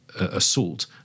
assault